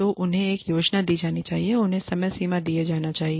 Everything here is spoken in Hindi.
तो उन्हेंएक योजना दिया जानी चाहिए उन्हें समय सीमा दिया जानी चाहिए